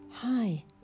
Hi